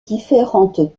différentes